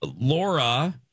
Laura